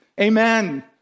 Amen